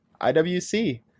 IWC